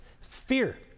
Fear